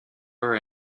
are